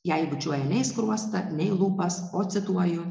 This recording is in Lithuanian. jai bučiuoja ne į skruostą ne į lūpas o cituoju